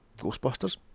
Ghostbusters